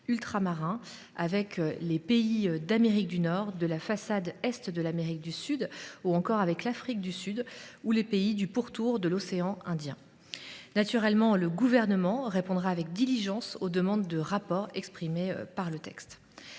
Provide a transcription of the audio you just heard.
ultramarins, avec les pays d’Amérique du Nord, de la façade orientale de l’Amérique du Sud, de l’Afrique australe ou des pays du pourtour de l’océan Indien. Naturellement, le Gouvernement répondra avec diligence aux demandes de rapport exprimées par le texte.